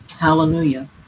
Hallelujah